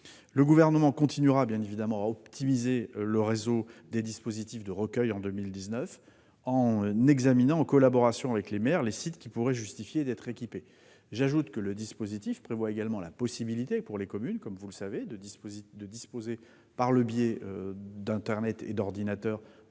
Le Gouvernement continuera à optimiser le réseau des dispositifs de recueil en 2019, en examinant, en collaboration avec les maires, les sites qui pourraient justifier d'être équipés. J'ajoute que le dispositif prévoit également la possibilité pour les communes de disposer, par le biais d'ordinateurs